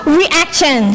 reaction